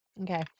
Okay